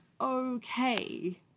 okay